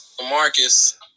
Marcus